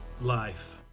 life